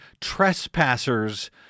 trespassers